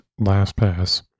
LastPass